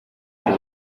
ubu